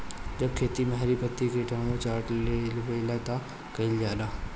जब खेत मे हरी पतीया किटानु चाट लेवेला तऽ का कईल जाई?